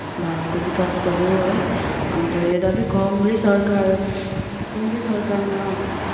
भारतको विकास गऱ्यो है अन्त यद्यपि कङ्ग्रेस सरकार कङ्ग्रेस सरकारमा